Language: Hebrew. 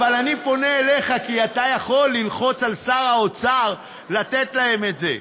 אבל אני פונה אליך כי אתה יכול ללחוץ על שר האוצר לתת להם את זה.